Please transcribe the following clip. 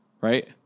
right